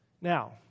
Now